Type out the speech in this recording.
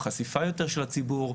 חשיפה יותר של הציבור.